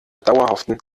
dauerhaften